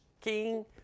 King